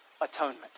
atonement